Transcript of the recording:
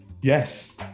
yes